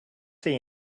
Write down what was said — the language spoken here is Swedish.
sig